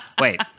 Wait